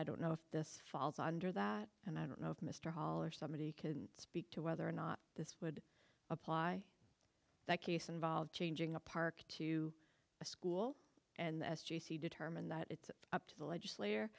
i don't know if this falls under that and i don't know if mr hall or somebody can speak to whether or not this would apply that case involved changing a park to a school and determine that it's up to the legislat